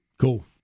Cool